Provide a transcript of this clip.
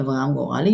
אברהם גורלי,